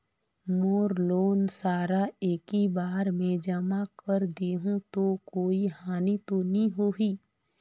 मोर loan सारा एकी बार मे जमा कर देहु तो कोई हानि तो नी होही?